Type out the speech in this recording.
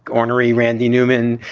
ornery randy newman.